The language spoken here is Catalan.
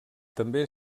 també